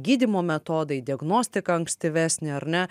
gydymo metodai diagnostika ankstyvesnė ar ne